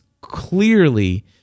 clearly